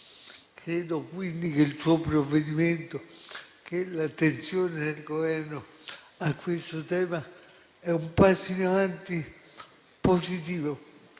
Credo quindi che il suo provvedimento e l'attenzione del Governo a questo tema siano un passo in avanti positivo